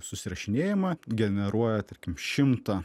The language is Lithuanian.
susirašinėjimą generuoja tarkim šimtą